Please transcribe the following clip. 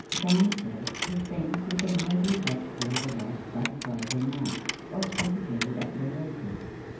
john says he thinks we can have you back here with us by friday night, or saturday at the latest.